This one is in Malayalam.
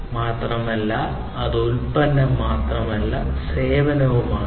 മാത്രമല്ല ഇത് ഉൽപ്പന്നം മാത്രമല്ല സേവനവും ആകാം